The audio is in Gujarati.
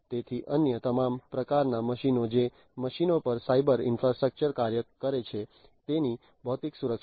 તેથી અન્ય તમામ પ્રકારના મશીનો જે મશીનો પર સાયબર ઈન્ફ્રાસ્ટ્રક્ચર કાર્ય કરે છે તેની ભૌતિક સુરક્ષા